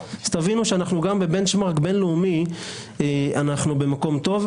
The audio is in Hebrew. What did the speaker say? אז תבינו שגם ב-benchmark הבין-לאומי אנחנו במקום טוב,